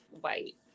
white